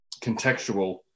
contextual